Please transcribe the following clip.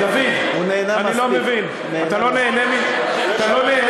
דוד, אני לא מבין, אתה לא נהנה מנאומי?